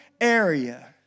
area